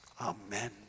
Amen